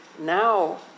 now